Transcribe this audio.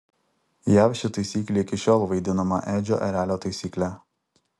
jav ši taisyklė iki šiol vaidinama edžio erelio taisykle